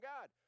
God